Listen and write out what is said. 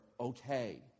Okay